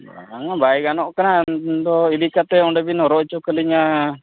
ᱵᱟᱝᱟ ᱵᱟᱭ ᱜᱟᱱᱚᱜ ᱠᱟᱱᱟ ᱩᱱᱫᱚ ᱤᱫᱤ ᱠᱟᱛᱮᱫ ᱚᱸᱰᱮ ᱵᱤᱱ ᱦᱚᱨᱦᱚ ᱦᱚᱪᱚ ᱠᱟᱹᱞᱤᱧᱟ